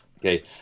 Okay